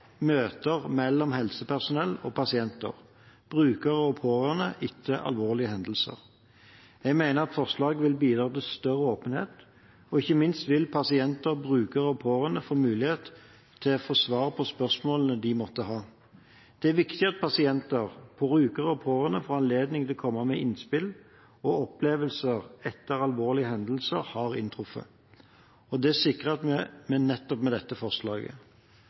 møter mellom helsepersonell og pasienter, brukere og pårørende etter alvorlige hendelser. Jeg mener at forslaget vil bidra til større åpenhet, og ikke minst vil pasienter, brukere og pårørende få mulighet til å få svar på spørsmålene de måtte ha. Det er viktig at pasienter, brukere og pårørende får anledning til å komme med innspill og opplevelser etter at alvorlige hendelser har inntruffet, og det sikrer vi med dette forslaget.